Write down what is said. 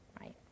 Right